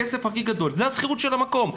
הכסף הכי גדול זה השכירות של המקום.